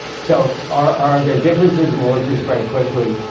so are are there differences, more of this very quickly.